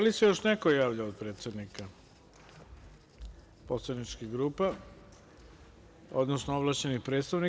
Da li se još neko javlja od predsednika poslaničkih grupa, odnosno ovlašćenih predstavnika?